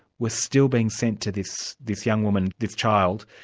were still being sent to this this young woman, this child,